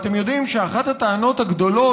אתם יודעים שאחת הטענות הגדולות,